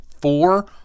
four